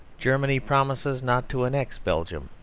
germany promises not to annex belgium.